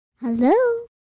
Hello